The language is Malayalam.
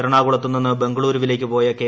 എറണാകുളത്ത് നിന്ന് ബംഗളുരുവിലേക്ക് പോയ കെ